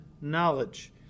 knowledge